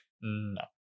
No